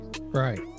right